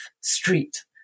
Street